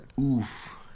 Oof